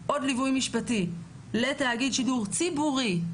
עוד ליווי משפטי לתאגיד שידור ציבורי,